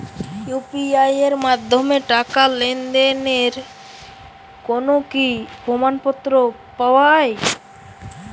UPI এর মাধ্যমে টাকা লেনদেনের কোন কি প্রমাণপত্র পাওয়া য়ায়?